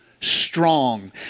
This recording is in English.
strong